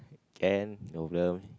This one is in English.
can no problem